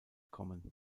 kommen